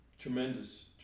Tremendous